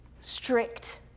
strict